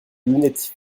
lunettes